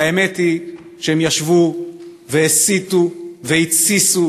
והאמת היא שהם ישבו והסיתו והתסיסו